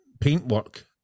paintwork